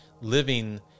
living